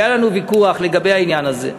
והיה לנו ויכוח לגבי העניין הזה.